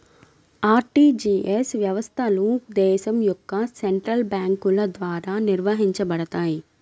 RTGS వ్యవస్థలు దేశం యొక్క సెంట్రల్ బ్యేంకుల ద్వారా నిర్వహించబడతయ్